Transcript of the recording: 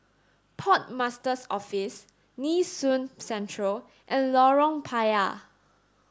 Port Master's Office Nee Soon Central and Lorong Payah